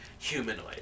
Humanoid